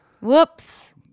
Whoops